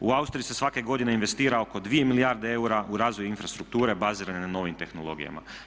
U Austriji se svake godine investira oko 2 milijarde eura u razvoj infrastrukture bazirane na novim tehnologijama.